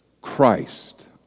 Christ